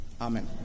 Amen